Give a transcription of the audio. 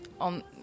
on